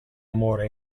amore